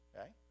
Okay